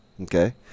Okay